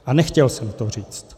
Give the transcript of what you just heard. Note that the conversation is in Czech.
A nechtěl jsem to říct.